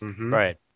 Right